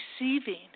receiving